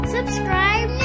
Subscribe